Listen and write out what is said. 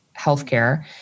healthcare